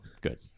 good